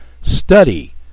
study